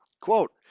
Quote